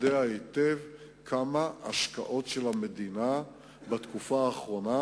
יודע היטב כמה השקעות של המדינה בתקופה האחרונה,